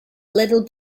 little